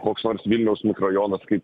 koks nors vilniaus mikrojonas kai